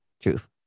Truth